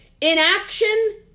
Inaction